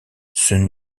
sun